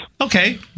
Okay